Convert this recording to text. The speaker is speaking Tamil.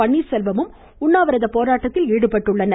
பன்னீர்செல்வமும் உண்ணாவிரத போராட்டத்தில் ஈடுபட்டுள்ளனர்